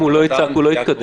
אם הוא לא יצעק הוא לא יתקדם.